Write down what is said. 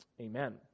Amen